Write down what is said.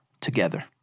together